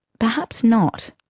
perhaps not.